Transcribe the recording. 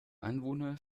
anwohner